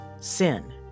sin